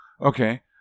Okay